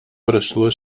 прошло